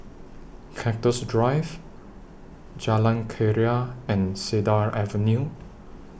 Cactus Drive Jalan Keria and Cedar Avenue